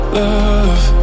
love